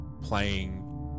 playing